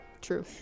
True